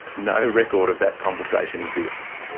no record of that conversation exists.